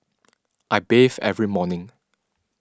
I bathe every morning